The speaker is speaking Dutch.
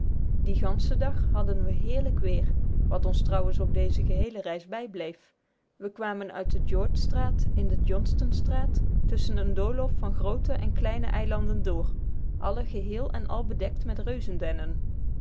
dien ganschen dag hadden we heerlijk weer wat ons trouwens op deze geheele reis bijbleef we kwamen uit de george straat in de johnstonstraat tusschen een doolhof van groote en kleine eilanden door alle geheel en al bedekt met reuzendennen